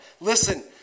listen